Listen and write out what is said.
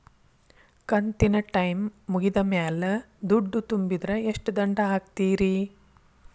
ಕಂತಿನ ಟೈಮ್ ಮುಗಿದ ಮ್ಯಾಲ್ ದುಡ್ಡು ತುಂಬಿದ್ರ, ಎಷ್ಟ ದಂಡ ಹಾಕ್ತೇರಿ?